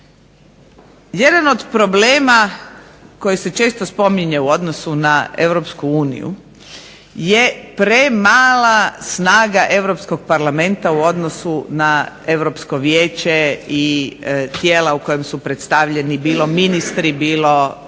Jedan od problema koji se često spominje u odnosu na Europsku uniju je premala snaga europskog Parlamenta u odnosu na Europsko vijeće i tijela u kojem su predstavljeni bilo ministri, bilo